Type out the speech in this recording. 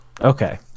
Okay